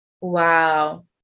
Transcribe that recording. Wow